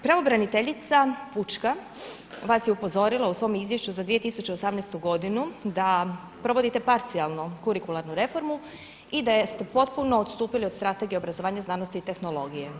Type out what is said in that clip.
Pravobraniteljica, pučka, vas je upozorila u svom izvješću za 2018. g. da provodite parcijalno kurikularnu reformu i da ste potpuno odstupili od strategije, obrazovanja znanosti i tehnologije.